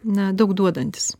na daug duodantis